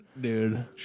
dude